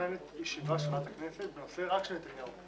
מתוכננת ישיבה של ועדת הכנסת רק בנושא של נתניהו.